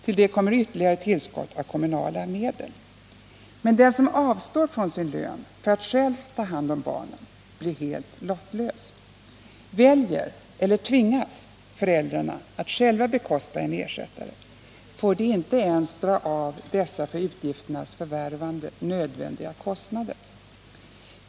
Till det kommer ytterligare tillskott av kommunala medel. Men den som avstår från sin lön för att själv ta hand om barnen blir helt lottlös. Väljer — eller tvingas — föräldrarna att själva bekosta en ersättare, får de inte ens dra av dessa ”för utgifternas förvärvande” nödvändiga kostnader.